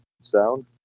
sound